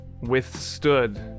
withstood